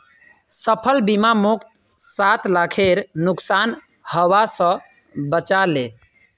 फसल बीमा मोक सात लाखेर नुकसान हबा स बचा ले